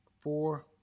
Four